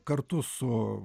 kartu su